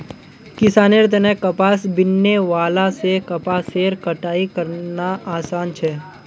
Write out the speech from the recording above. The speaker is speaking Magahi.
किसानेर तने कपास बीनने वाला से कपासेर कटाई करना आसान छे